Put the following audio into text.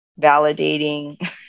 validating